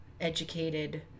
educated